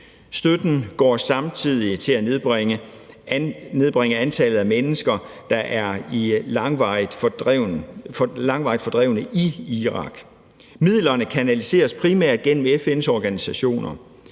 Støtten går samtidig til at nedbringe antallet af mennesker, der er langvarigt fordrevne i Irak. Midlerne kanaliseres primært gennem FN's organisationer.